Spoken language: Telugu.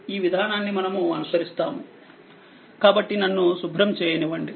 ఈ విధానాన్ని మనము అనుసరిస్తాము కాబట్టి నన్ను శుభ్రం చేయనివ్వండి